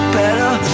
better